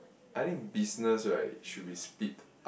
I think business right should be speed